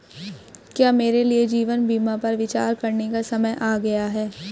क्या मेरे लिए जीवन बीमा पर विचार करने का समय आ गया है?